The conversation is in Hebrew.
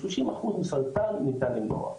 30 אחוזים מהסרטן ניתן למנוע.